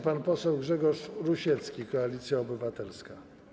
Pan poseł Grzegorz Rusiecki, Koalicja Obywatelska.